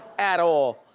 at all.